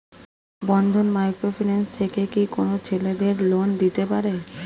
বন্ধন micro finance থেকে কি কোন ছেলেদের লোন দিতে পারে?